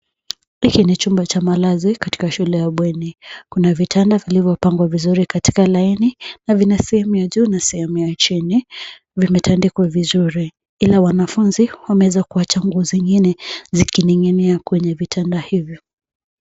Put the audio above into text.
Hiki ni chumba cha malazi katika shule ya bweni. Kuna vitanda vilivyo pambwa vizuri katika laini na vina sehemu ya juu na sehemu ya chini vimetandikwa vizuri. Kila wanafunzi wameeza kuwacha nguo zingine zikininginia kwenye vitanda hivyo.